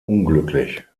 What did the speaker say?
unglücklich